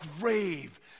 grave